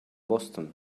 boston